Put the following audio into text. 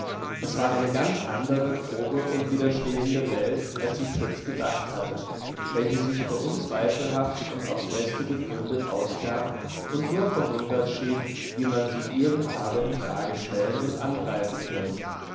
es war eine ganz andere grobe und widerstehende welt als sich fritz gedacht hatte welche sich für unzweifelhaft und aufs beste begründet ausgab und nur verwundert schien wie man sie irgend habe in frage stellen und angreifen können